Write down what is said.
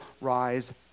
rise